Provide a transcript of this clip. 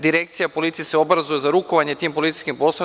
Direkcija policije se obrazuje za rukovanje tim policijskim poslovima.